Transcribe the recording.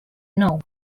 nou